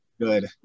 Good